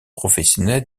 professionnel